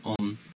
on